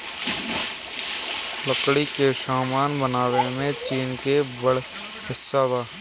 लकड़ी के सामान बनावे में चीन के बड़ हिस्सा बा